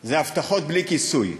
אלו הבטחות בלי כיסוי.